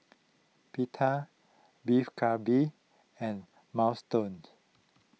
Pita Beef Galbi and Minestrone